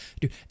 dude